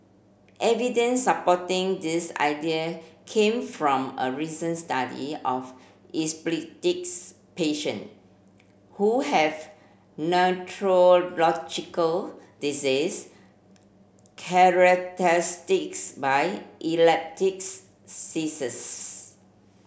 evidence supporting this idea came from a recent study of epileptics patient who have neurological diseases characteristics by epileptic seizures